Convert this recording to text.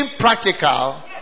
Practical